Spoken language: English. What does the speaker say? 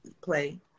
play